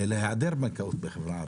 אלא "היעדר בנקאות בחברה הערבית",